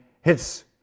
hits